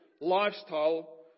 lifestyle